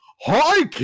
Hi